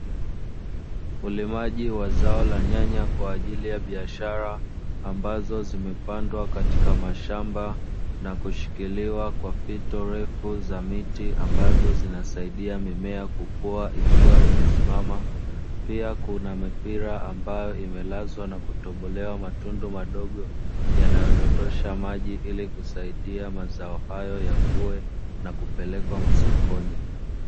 Ulimaji wa zao la nyanya kwa ajili ya biashara, ambazo zimepandwa katika mashamba na kushikiliwa kwa fito refu za miti ambazo zinasaidia mimea kukua ikiwa imesimama, pia kuna mipira ambayo imelazwa na kutobolewa matundu madogo yanayodondosha maji ili husaidia mazao hayo yakue na kupelekwa masokoni.